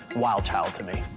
wild child to me.